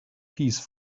piece